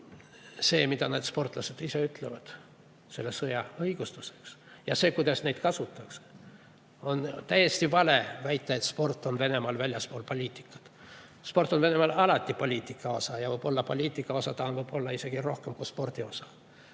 see, mida need sportlased ise ütlevad selle sõja õigustuseks, ja see, kuidas neid kasutatakse – on täiesti vale väita, et sport on Venemaal väljaspool poliitikat. Sport on Venemaal alati poliitika osa ja võib-olla poliitika osa see on isegi rohkem kui spordi osa.